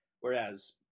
Whereas